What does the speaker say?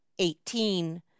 eighteen